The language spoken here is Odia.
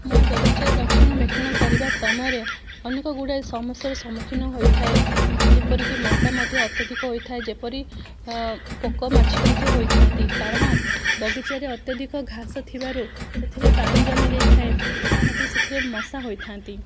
ମୋ ବାଗିଚାର ରକ୍ଷଣ ବେକ୍ଷଣ କରିବା ସମୟରେ ଅନେକଗୁଡ଼ିଏ ସମସ୍ୟାର ସମ୍ମୁଖୀନ ହୋଇଥାଏ ଯେପରିକି ମଶା ମଧ୍ୟ ଅତ୍ୟଧିକ ହୋଇଥାଏ ଯେପରି ପୋକମାଛି ମଧ୍ୟ ହୋଇଥାନ୍ତି କାରଣ ବଗିଚାରେ ଅତ୍ୟଧିକ ଘାସ ଥିବାରୁ ସେଥିରେ ପାଣି ଜମିଯାଇଥାଏ ଯାହା ମଧ୍ୟ ସେଥିରେ ମଶା ହୋଇଥାନ୍ତି